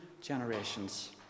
generations